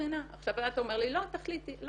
לו את תנאי החוזה לא הצגתי לו את המקור